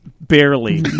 barely